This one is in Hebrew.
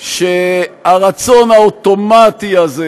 שהרצון האוטומטי הזה,